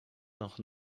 nog